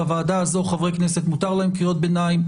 בוועדה הזאת לחברי הכנסת מותר לקרוא קריאות ביניים.